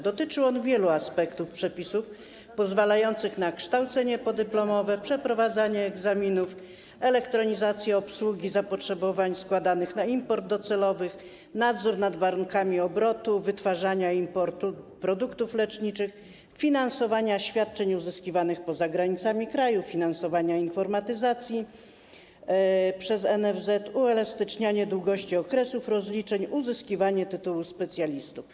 Dotyczył on wielu aspektów przepisów odnoszących się do: kształcenia podyplomowego, przeprowadzania egzaminów, elektronizacji obsługi zapotrzebowań składanych na import docelowy, nadzoru nad warunkami obrotu, wytwarzania i importu produktów leczniczych, finansowania świadczeń uzyskiwanych poza granicami kraju, finansowania informatyzacji przez NFZ, uelastyczniania długości okresów rozliczeń, uzyskiwania tytułu specjalisty.